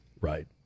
Right